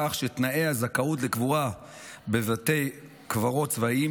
כך שתנאי הזכאות לקבורה בבתי קברות צבאיים